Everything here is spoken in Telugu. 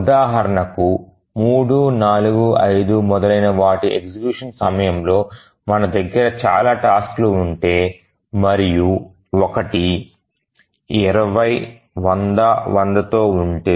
ఉదాహరణకు 3 4 5 మొదలైన వాటి ఎగ్జిక్యూషన్ సమయంతో మన దగ్గర చాలా టాస్క్ లు ఉంటే మరియు ఒకటి 20 100100 తో ఉంటే